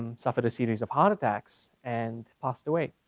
and suffered a series of heart attacks and passed away.